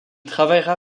travaillera